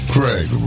Craig